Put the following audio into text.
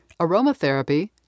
aromatherapy